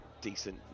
decent